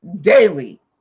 daily